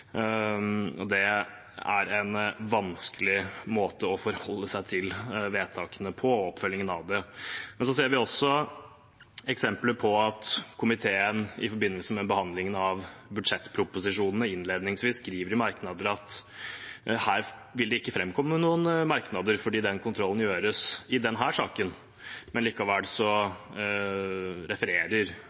Det er en vanskelig måte å forholde seg til vedtakene og oppfølgingen av dem på. Vi ser også eksempler på at komiteen i forbindelse med behandlingen av budsjettproposisjonene innledningsvis skriver i merknader at her vil det ikke framkomme noen merknader, fordi den kontrollen gjøres i denne saken. Likevel refererer